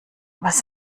was